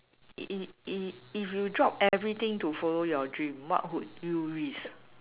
if if if you drop everything to follow your dream what would you risk